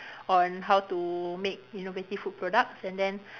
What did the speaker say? on how to make innovative food products and then